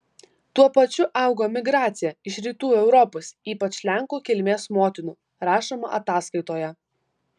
tuo pačiu augo migracija iš rytų europos ypač lenkų kilmės motinų rašoma ataskaitoje